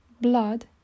blood